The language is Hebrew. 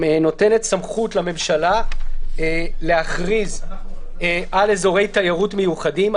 נותנת סמכות לממשלה להכריז על אזורי תיירות מיוחדים,